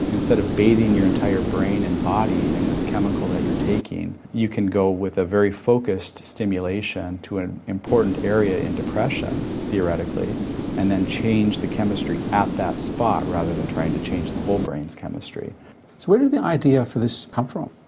instead of bathing your entire brain and body in this chemical that you're taking, you can go with a very focused stimulation to an important area in depression theoretically and then change the chemistry at that spot rather than trying to change the whole brain's chemistry. so where did the idea for this come from?